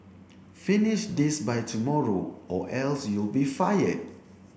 finish this by tomorrow or else you'll be fired